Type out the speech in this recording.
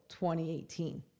2018